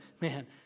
man